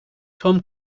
tom